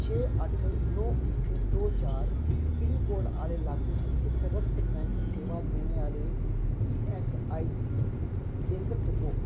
छे अट्ठ नौ इक दो चार पिनकोड आह्ले लाके च स्थित रक्त बैंक सेवां देने आह्ले ई ऐस्स आई सी केंदर तुप्पो